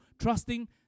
Trusting